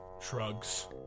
Shrugs